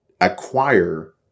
acquire